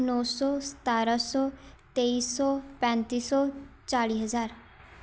ਨੌ ਸੌ ਸਤਾਰ੍ਹਾਂ ਸੌ ਤੇਈ ਸੌ ਪੈਂਤੀ ਸੌ ਚਾਲ੍ਹੀ ਹਜ਼ਾਰ